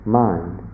mind